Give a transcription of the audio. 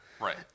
Right